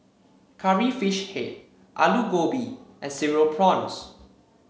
Curry Fish Head Aloo Gobi and Cereal Prawns